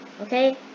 Okay